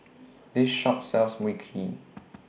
This Shop sells Mui Kee